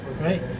Right